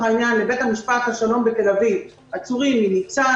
העניין לבית משפט השלום בתל אביב עצורים מניצן,